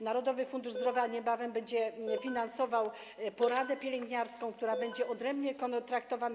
Narodowy Fundusz Zdrowia niebawem będzie finansował poradę pielęgniarską, która będzie odrębnie kontraktowana.